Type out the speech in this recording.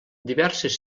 diverses